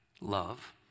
love